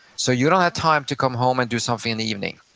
so you don't have time to come home and do something in the evening.